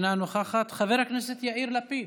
אינה נוכחת, חבר הכנסת יאיר לפיד,